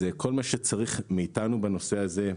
כל מה שצריך מאיתנו בנושא הזה,